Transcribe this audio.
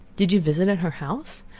did you visit at her house?